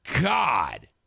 God